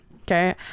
Okay